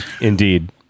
indeed